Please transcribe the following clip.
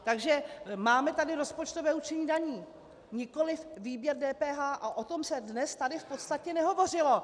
Takže máme tady rozpočtové určení daní, nikoliv výběr DPH a o tom se dnes tady v podstatě nehovořilo.